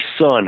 son